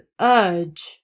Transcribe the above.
urge